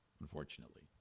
unfortunately